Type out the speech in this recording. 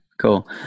Cool